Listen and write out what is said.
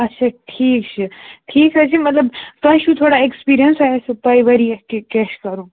اچھا ٹھیٖک چھُ ٹھیٖک حظ چھِ مطلب تۄہہِ چھُو تھوڑا اٮ۪کسپیٖرِیَنٕس تۄہہِ آسیو پَے واریاہ کینٛہہ کیٛاہ چھِ کرُن